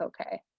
okay